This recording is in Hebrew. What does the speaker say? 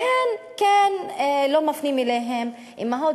והן אכן לא מפנות אליהם אימהות.